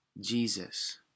Jesus